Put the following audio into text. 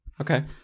Okay